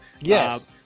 yes